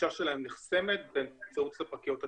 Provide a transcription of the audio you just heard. הגישה שלהם נחסמת באמצעות ספקיות התקשורת.